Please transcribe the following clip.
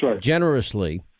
generously